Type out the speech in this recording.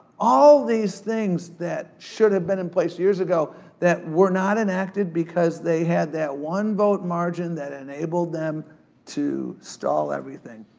all these things that should've been in place years ago that were not enacted because they had that one vote margin that enabled them to stall everything.